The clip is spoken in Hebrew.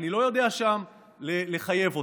אני לא יודע שם לחייב אותם.